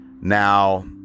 Now